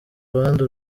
abandi